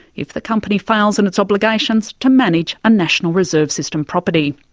if the company fails in its obligations to manage a national reserve system property.